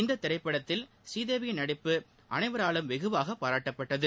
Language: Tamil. இந்த திரைப்படத்தில் புரீதேவியின் நடிப்பு அனைவராலும் வெகுவாக பாராட்டப்பட்டது